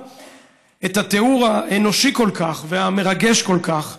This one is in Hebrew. את התיאור האנושי כל כך והמרגש כל כך